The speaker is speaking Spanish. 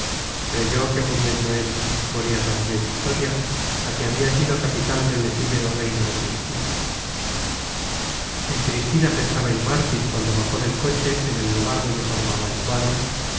creyó que muriendo él moría también vitoria la que había sido capital del efímero reino de cristina en cristina pensaba el mártir cuando bajó del coche en el lugar donde formaba el cuadro